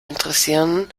interessieren